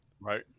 Right